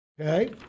Okay